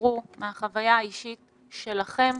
תספרו מהחוויה האישית שלכם,